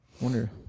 Wonder